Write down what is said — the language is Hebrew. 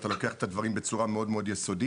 אתה לוקח את הדברים בצורה מאוד יסודית.